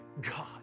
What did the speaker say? God